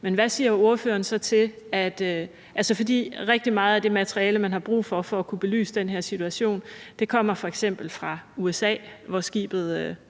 er jo derfor, problemet opstår. Rigtig meget af det materiale, man har brug for for at kunne belyse den her situation, kommer f.eks. fra USA, hvor skibet